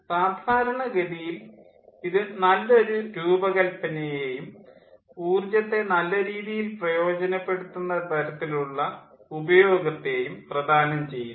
അതിനാൽ സാധാരണഗതിയിൽ ഇത് നല്ല ഒരു രൂപകൽപ്പനയേയും ഊർജ്ജത്തെ നല്ല രീതിയിൽ പ്രയോജനപ്പെടുത്തുന്ന തരത്തിലുള്ള ഉപയോഗത്തേയും പ്രദാനം ചെയ്യുന്നു